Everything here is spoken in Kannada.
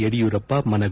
ಯಡಿಯೂರಪ್ಪ ಮನವಿ